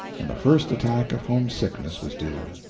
and the first attack of homesickness was due.